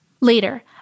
Later